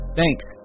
thanks